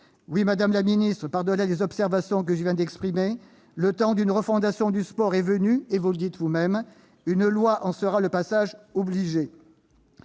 Oui, madame la ministre, au-delà des observations que je viens de faire, le temps d'une refondation du sport est venu, vous le dites vous-même ! Une loi en sera le passage obligé.